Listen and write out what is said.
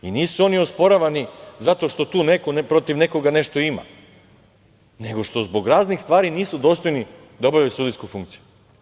Nisu oni osporavani zato što tu neko protiv nekoga nešto ima, nego što zbog raznih stvari nisu dostojni da obavljaju sudijsku funkciju.